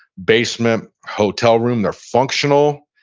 basement, hotel room. they're functional.